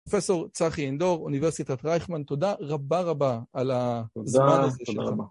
פרופסור צחי אינדור, אוניברסיטת רייכמן, תודה רבה רבה על הזמן הזה שלכם.